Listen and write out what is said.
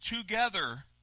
together